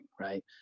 right